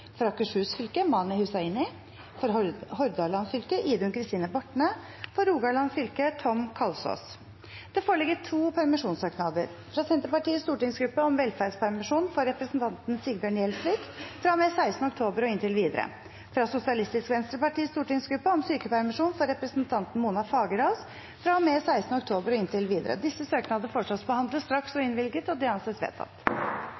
For Akershus fylke: Mani Hussaini For Hordaland fylke: Idun Kristine Bortne For Rogaland fylke: Tom Kalsås Det foreligger to permisjonssøknader: fra Senterpartiets stortingsgruppe om velferdspermisjon for representanten Sigbjørn Gjelsvik fra og med 16. oktober og inntil videre fra Sosialistisk Venstrepartis stortingsgruppe om sykepermisjon for representanten Mona Fagerås fra og med 16. oktober og inntil videre Etter forslag fra presidenten ble enstemmig besluttet: Søknadene behandles straks og